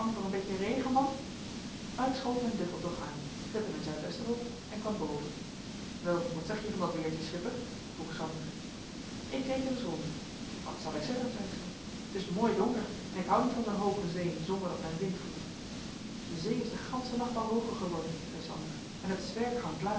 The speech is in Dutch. een beetje regen man maar ik schoot mijn duffel toch aan zette mijn zuidwester op en kwam boven wel wat zeg je van dat weertje schipper vroeg sander ik keek ereis rond wat zal ik zeggen zei ik zoo t is mooi donker en ik hou niet van zoo'n hooge zee zonder dat men wind voelt de zee is den gansenen nacht al hooger geworden zei sander en het zwerk hangt